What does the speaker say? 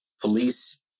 police